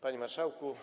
Panie Marszałku!